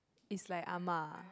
it's like Ah-Ma